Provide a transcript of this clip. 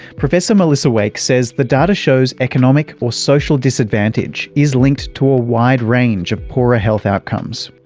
professor melissa wake says the data shows economic or social disadvantage is linked to a wide range of poorer health outcomes.